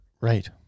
Right